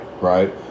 right